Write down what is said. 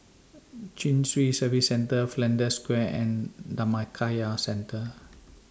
Chin Swee Service Centre Flanders Square and Dhammakaya Centre